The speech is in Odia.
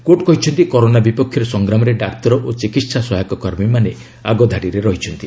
କୋର୍ଟ୍ କହିଛନ୍ତି କରୋନା ବିପକ୍ଷରେ ସଂଗ୍ରାମରେ ଡାକ୍ତର ଓ ଚିକିହା ସହାୟକ କର୍ମୀମାନେ ଆଗଧାଡ଼ିରେ ରହିଛନ୍ତି